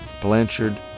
Blanchard